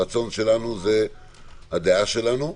הרצון שלנו, זה הדעה שלנו.